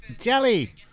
Jelly